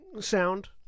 sound